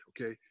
okay